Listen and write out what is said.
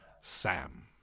Sam